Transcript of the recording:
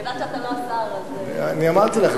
אני יודעת שאתה לא השר, אז, אני אמרתי לך.